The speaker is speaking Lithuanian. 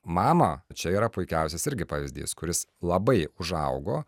mama čia yra puikiausias irgi pavyzdys kuris labai užaugo